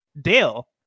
dale